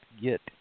get